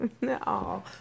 No